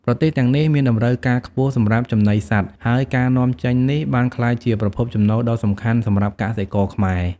ប្រទេសទាំងនេះមានតម្រូវការខ្ពស់សម្រាប់ចំណីសត្វ ហើយការនាំចេញនេះបានក្លាយជាប្រភពចំណូលដ៏សំខាន់សម្រាប់កសិករខ្មែរ។